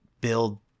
build